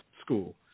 school